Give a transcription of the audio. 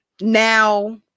now